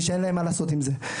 ושאין להם מה לעשות עם זה.